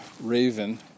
Raven